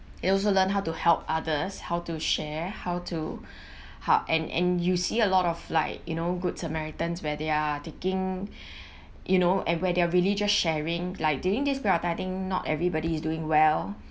they also learnt how to help others how to share how to help and and you see a lot of like you know good samaritans where they are taking you know and where they are really just sharing like during this period of time I think not everybody is doing well